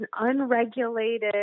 unregulated